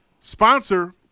sponsor